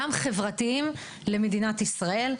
גם חברתיים למדינת ישראל.